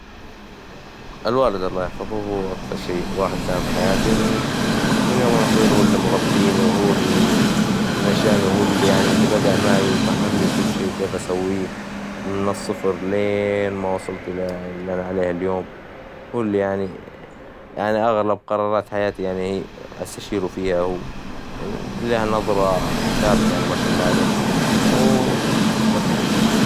الوالد الله يحفظه هو أكثر شي واحد ساهم في حياتي، من يوم وأنا صغير هو إللي مربيني، وهو إللي نشأني، وهو إللي بدأ معي، وفهمني كل شي كيف أسويه من الصفر لين ما وصلت إللي أنا عليه اليوم، هو إللي يعني أغلب قرارات حياتي يعني استشيروا فيها، هو له نظرة ثابتة يعني ما شاء الله عليه، وبس.